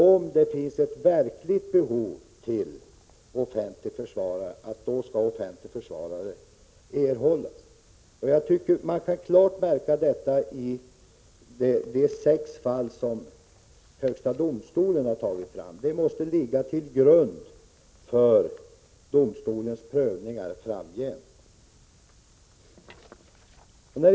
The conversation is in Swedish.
Om det finns ett verkligt behov av offentlig försvarare skall offentlig försvarare erhållas. Jag tycker att man klart kan märka detta i de sex fall som högsta domstolen har tagit fram. De måste ligga till grund för domstolens prövningar framgent.